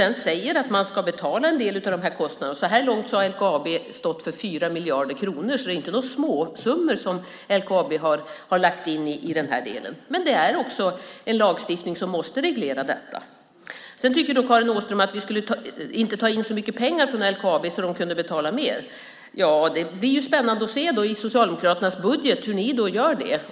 Den säger att de ska betala en del av dessa kostnader. Så här långt har LKAB stått för 4 miljarder kronor. Det är alltså inga småsummor LKAB har lagt in i detta. Det måste naturligtvis finnas en lagstiftning som reglerar det hela. Karin Åström tycker att vi inte ska ta in så mycket pengar från LKAB så att det kan betala mer. Det blir spännande att se hur ni gör det i Socialdemokraternas budget.